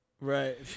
Right